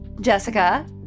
Jessica